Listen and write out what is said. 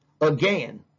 Again